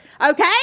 Okay